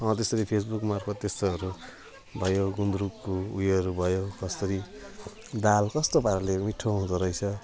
हौ त्यसरी Facebook मार्फत त्यस्तोहरू भयो गुन्द्रुकको उयोहरू भयो कसरी दाल कस्तो पाराले मिठो हुँदो रहेछ